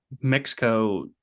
Mexico